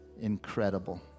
incredible